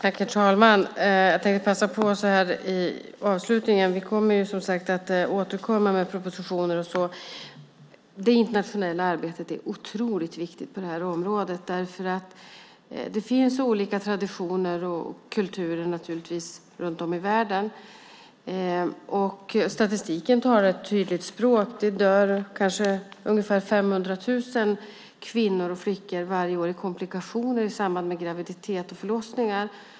Herr talman! Vi återkommer som sagt med propositioner, men låt mig avslutningsvis passa på att säga att det internationella arbetet är otroligt viktigt på detta område. Det finns olika traditioner och kulturer runt om i världen. Statistiken talar ett tydligt språk. Det dör ungefär 500 000 kvinnor och flickor varje år i komplikationer i samband med graviditet och förlossning.